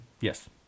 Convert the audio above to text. Yes